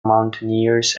mountaineers